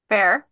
Fair